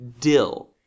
dill